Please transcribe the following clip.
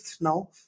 now